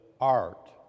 art